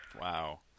Wow